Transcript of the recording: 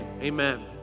amen